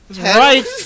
Right